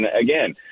again